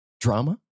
drama